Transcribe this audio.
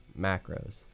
macros